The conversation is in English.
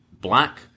Black